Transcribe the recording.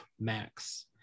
Max